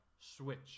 Switch